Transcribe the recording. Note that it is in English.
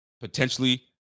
potentially